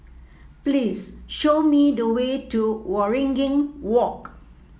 please show me the way to Waringin Walk